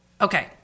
Okay